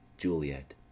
JULIET